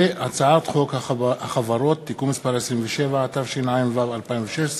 הצעת חוק החברות (תיקון מס' 27), התשע"ו 2016,